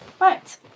right